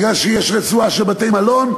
מכיוון שיש רצועה של בתי-מלון,